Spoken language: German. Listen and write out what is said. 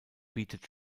bietet